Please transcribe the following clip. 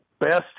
best